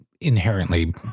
inherently